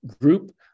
group